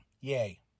Yay